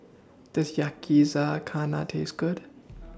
Does Yakizakana Taste Good